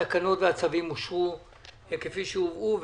הצבעה אושר התקנות והצווים אושרו פה אחד כפי שהובאו.